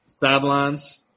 Sidelines